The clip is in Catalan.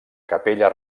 capella